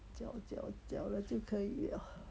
搅搅搅了就可以 liao